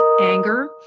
anger